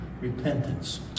repentance